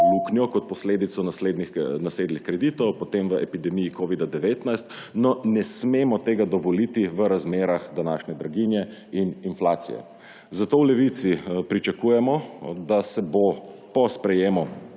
kot posledico nasedlih kreditov, potem v epidemiji covida-19. No, ne smemo tega dovoliti v razmerah današnje draginje in inflacije. Zato v Levici pričakujemo, da se bo po sprejetju